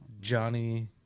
Johnny